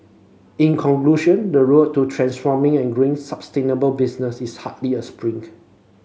in conclusion the road to transforming and growing sustainable business is hardly a sprint